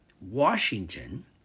Washington